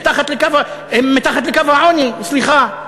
מתחת לקו, הם מתחת לקו העוני, סליחה.